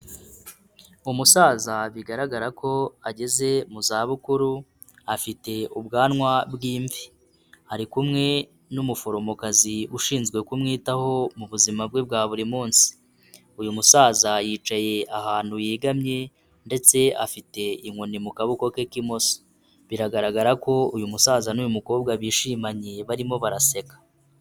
Umusaza bigaragara ko ageze mu zabukuru afite ubwanwa bw'imvi, ari kumwe n'umuforomokazi ushinzwe kumwitaho mu buzima bwe bwa buri munsi. Uyu musaza yicaye ahantu yegamye ndetse afite inkoni mu kaboko ke k'imoso, biragaragara ko uyu musaza n'uyu mukobwa bishimanye barimo baraseka.